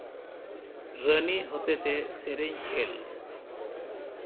ᱨᱟᱹᱱᱤ ᱦᱚᱛᱮᱛᱮ ᱥᱮᱨᱮᱧ ᱠᱷᱮᱞ